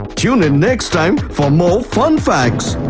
tune in next time for more fun facts.